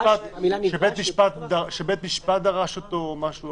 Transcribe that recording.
שבית המשפט דרש אותו או משהו?